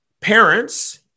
parents